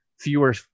fewer